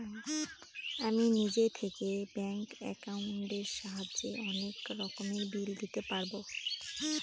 আমি নিজে থেকে ব্যাঙ্ক একাউন্টের সাহায্যে অনেক রকমের বিল দিতে পারবো